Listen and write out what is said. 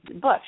Bush